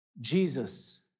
Jesus